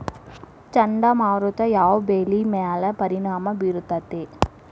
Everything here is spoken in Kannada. ಚಂಡಮಾರುತ ಯಾವ್ ಬೆಳಿ ಮ್ಯಾಲ್ ಪರಿಣಾಮ ಬಿರತೇತಿ?